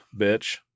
bitch